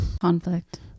Conflict